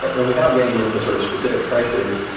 and without getting into sort of specific prices,